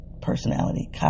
personality